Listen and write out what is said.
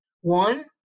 One